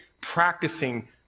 practicing